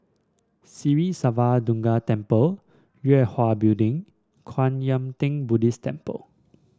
Sri Siva Durga Temple Yue Hwa Building Kwan Yam Theng Buddhist Temple